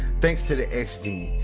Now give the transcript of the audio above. thanks to the x gene.